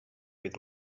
with